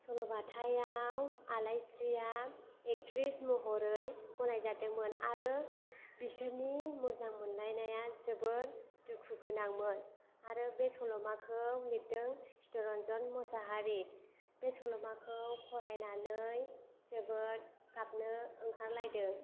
सल' बाथायाव आलाइस्रिया एक्ट्रिस महरै गनायजादोंमोन आरो बिसोरनि मोजां मोनलायनाया जोबोद दुखु गोनांमोन आरो बे सल'माखौ लिरदों चित्तरन्जन मुसाहारि बे सल'माखौ फरायनानै जोबोद गाबनो ओंखारलायदों